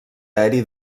aeri